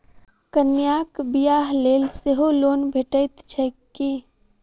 कन्याक बियाह लेल सेहो लोन भेटैत छैक की?